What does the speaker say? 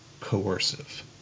coercive